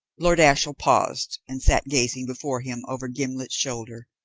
lord ashiel paused, and sat gazing before him, over gimblet's shoulder.